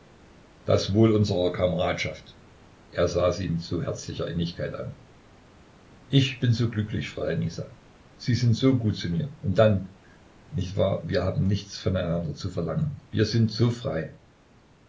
das wohl unserer kameradschaft er sah sie mit so herzlicher innigkeit an ich bin so glücklich fräulein isa sie sind so gut zu mir und dann nicht wahr wir haben nichts voneinander zu verlangen wir sind so frei